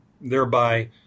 thereby